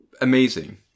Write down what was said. amazing